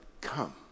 come